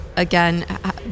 Again